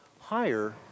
higher